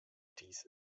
dies